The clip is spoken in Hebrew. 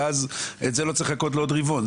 ואז לא צריך לחכות בשביל זה עוד רבעון,